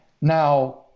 Now